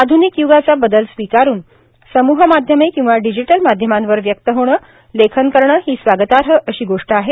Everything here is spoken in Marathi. आध्वनिक युगाचा बदल स्वीकारून समुह माध्यमे किंवा डिजिटल माध्यमांवर व्यक्त होणे लेखन करणे ही स्वागतार्ह अशी गोष्ट आहे